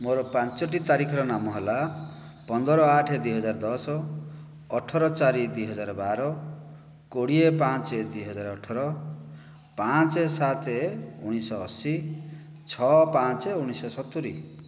ମୋର ପାଞ୍ଚଟି ତାରିଖ ର ନାମ ହେଲା ପନ୍ଦର ଆଠ ଦୁଇ ହଜାର ଦଶ ଅଠର ଚାରି ଦୁଇ ହଜାର ବାର କୋଡ଼ିଏ ପାଞ୍ଚ ଦୁଇ ହଜାର ଅଠର ପାଞ୍ଚ ସାତ ଉଣେଇଶଶହ ଅଶି ଛଅ ପାଞ୍ଚ ଉଣେଇଶଶହ ସତୁରି